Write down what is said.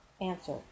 Answer